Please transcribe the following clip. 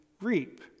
reap